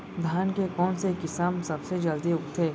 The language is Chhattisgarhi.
धान के कोन से किसम सबसे जलदी उगथे?